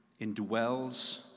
indwells